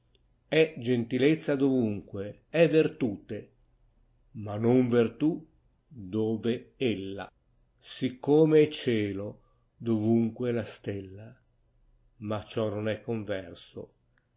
presupposto gentilezza dovunque è vertute ma non vertù dove ella siccome è cielo dovunque è la stella ma ciò non è converso